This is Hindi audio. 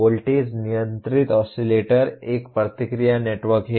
वोल्टेज नियंत्रित ऑसिलेटर एक प्रतिक्रिया नेटवर्क है